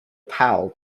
pal